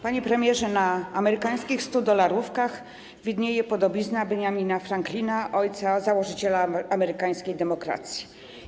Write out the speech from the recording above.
Panie premierze, na amerykańskich studolarówkach widnieje podobizna Benjamina Franklina - ojca założyciela amerykańskiej demokracji.